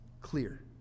clear